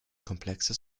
komplexer